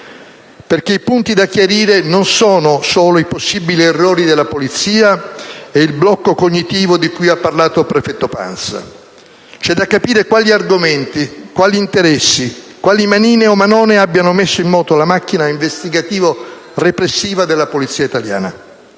i punti da chiarire non sono solo i possibili errori della Polizia e il blocco cognitivo di cui ha parlato il prefetto Pansa: c'è da capire quali argomenti, quali interessi, quali manine o manone abbiano messo in moto la macchina investigativo-repressiva della Polizia italiana.